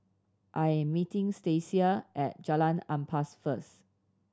I am meeting Stacia at Jalan Ampas first